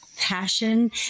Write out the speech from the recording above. passion